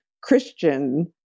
Christian